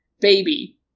Baby